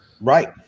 Right